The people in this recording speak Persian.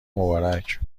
مبارک